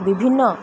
ବିଭିନ୍ନ